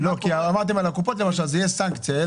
אמרתם שעל הקופות תהיה סנקציה.